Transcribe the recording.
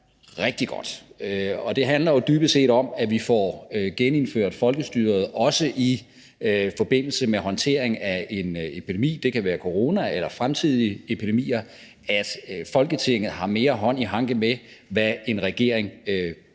rigtig godt. Det handler jo dybest set om, at vi får genindført folkestyret, også i forbindelse med håndtering af en epidemi – det kan være corona eller andre fremtidige epidemier – så Folketinget har mere hånd i hanke med, hvad en regering foretager